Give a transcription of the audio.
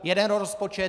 Jeden rozpočet.